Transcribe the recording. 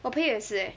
我朋友也是 eh